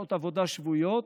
שעות עבודה שבועיות,